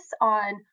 on